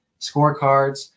scorecards